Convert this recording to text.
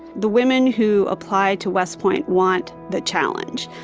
the women who apply to west point want the challenge.